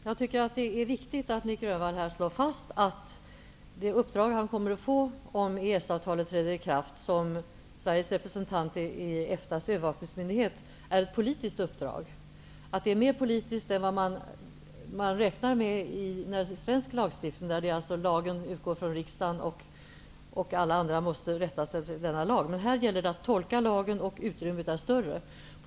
Herr talman! Det är viktigt att Nic Grönvall här slår fast att det uppdrag han kommer att få som Sveriges representant i EFTA:s övervakningsmyndighet om EES-avtalet träder i kraft är ett politiskt uppdrag. Det är mer politiskt än vad man räknar med när det gäller svensk lagstiftning, där lagen utgår från riksdagen och alla måste rätta sig efter denna lag. Här gäller det att tolka lagen, och det utrymmet är större.